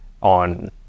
on